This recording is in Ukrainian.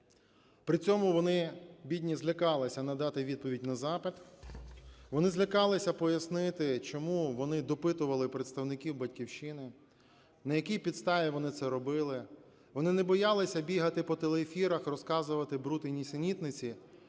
При цьому вони, бідні, злякалися надати відповідь на запит. Вони злякалися пояснити, чому вони допитували представників "Батьківщини", на якій підставі вони це робили. Вони не боялися бігати по телеефірах, розказувати бруд і нісенітниці,